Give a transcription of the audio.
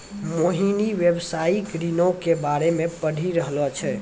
मोहिनी व्यवसायिक ऋणो के बारे मे पढ़ि रहलो छै